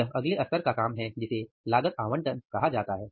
यह अगले स्तर का काम है जिसे लागत आवंटन कहा जाता है